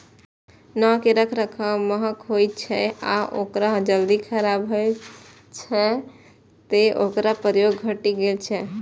नाव के रखरखाव महग होइ छै आ ओ जल्दी खराब भए जाइ छै, तें ओकर प्रयोग घटि गेल छै